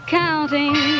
counting